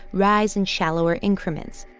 rise in shallower increments.